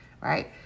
right